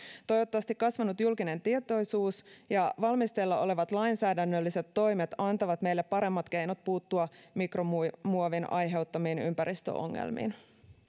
toivottavasti kasvanut julkinen tietoisuus ja valmisteilla olevat lainsäädännölliset toimet antavat meille paremmat keinot puuttua mikromuovin aiheuttamiin ympäristöongelmiin